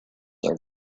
are